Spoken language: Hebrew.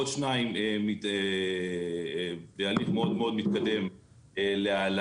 עוד שניים בהליך מאוד מאוד מתקדם להעלאה.